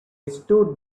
stood